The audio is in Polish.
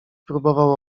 próbował